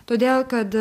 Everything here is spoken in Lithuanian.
todėl kad